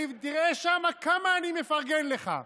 ותראה שם כמה אני מפרגן לך.